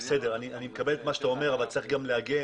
אני מקבל את מה שאתה אומר אבל צריך גם להגן